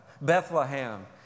Bethlehem